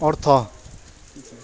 अर्थ